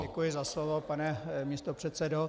Děkuji za slovo, pane místopředsedo.